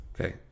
Okay